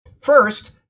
first